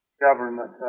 government